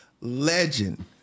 legend